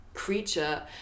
creature